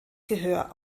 gehör